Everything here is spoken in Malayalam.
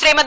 ശ്രീമതി